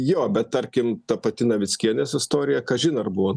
jo bet tarkim ta pati navickienės istorija kažin ar buvo